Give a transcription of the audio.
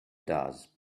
does